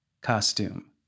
costume